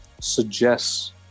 suggests